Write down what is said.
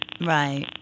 Right